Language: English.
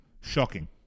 Shocking